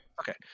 Okay